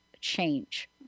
change